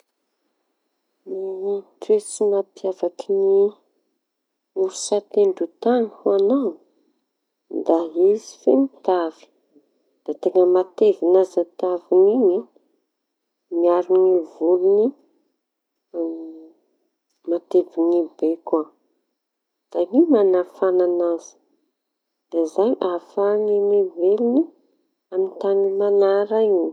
Ny toetra mampiavaky ny orsa an-tendrontañy da izy feno tavy da teña mateviña aza taviñy iñy, miaro ny voloñy iñy. Da io mampafana azy da izay ahafahany miveloña amy tany mañara.